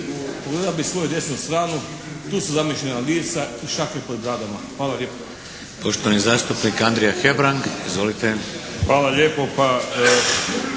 Pogledao bi u svoju desnu stranu, tu su zamišljena lica i šake pod bradama. Hvala lijepo.